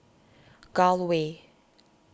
Gul Way